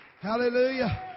Hallelujah